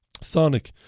sonic